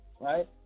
Right